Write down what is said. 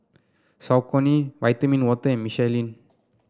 Saucony Vitamin Water and Michelin